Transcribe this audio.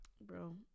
Bro